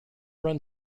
run